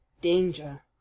DANGER